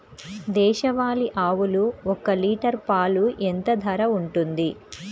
దేశవాలి ఆవులు ఒక్క లీటర్ పాలు ఎంత ధర ఉంటుంది?